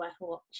watch